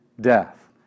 death